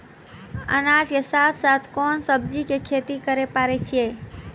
अनाज के साथ साथ कोंन सब्जी के खेती करे पारे छियै?